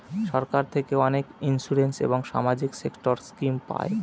সরকার থেকে অনেক ইন্সুরেন্স এবং সামাজিক সেক্টর স্কিম পায়